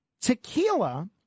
Tequila